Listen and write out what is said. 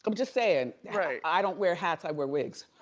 um just saying, i don't wear hats, i wear wigs.